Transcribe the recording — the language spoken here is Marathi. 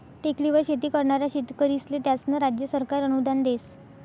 टेकडीवर शेती करनारा शेतकरीस्ले त्यास्नं राज्य सरकार अनुदान देस